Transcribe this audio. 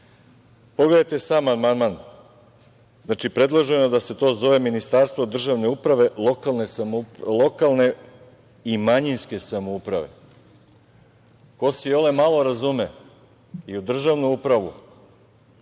Srbiju. Pogledajte sam amandman. Znači, predloženo je da se to zove ministarstvo državne uprave, lokalne i manjinske samouprave. Ko se iole malo razume i u državnu upravu